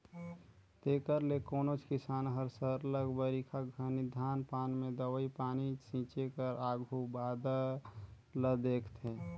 तेकर ले कोनोच किसान हर सरलग बरिखा घनी धान पान में दवई पानी छींचे कर आघु बादर ल देखथे